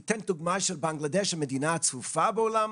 ניתן דוגמה של בנגלדש, המדינה הצפופה בעולם.